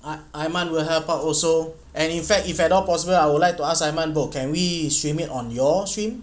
i~ aiman will help out also and in fact if at all possible I would like to ask iman pun can we stream it on your stream